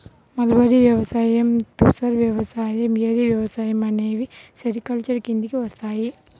mulberry వ్యవసాయం, తుసర్ వ్యవసాయం, ఏరి వ్యవసాయం అనేవి సెరికల్చర్ కిందికి వస్తాయి